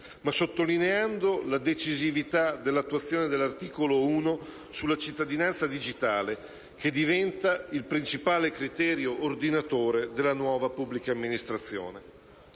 sottolineando la decisività dell'attuazione dell'articolo 1 sulla cittadinanza digitale, che diventa il principale di criterio ordinatore della nuova pubblica amministrazione.